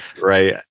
right